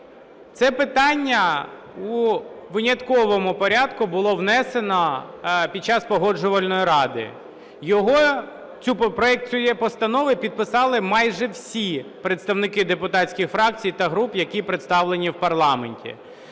Це питання у винятковому порядку було внесено під час Погоджувальної ради. Проект цієї постанови підписали майже всі представники депутатських фракцій та груп, які представлені в парламенті.